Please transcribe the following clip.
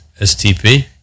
STP